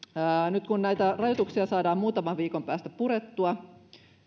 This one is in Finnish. nyt kun näitä rajoituksia saadaan muutaman viikon päästä purettua